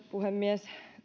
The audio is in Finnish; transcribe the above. puhemies